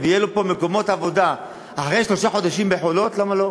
ויהיו לו פה מקומות עבודה אחרי שלושה חודשים ב"חולות" למה לא?